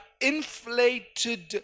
inflated